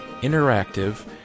interactive